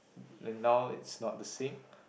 and now it's not the same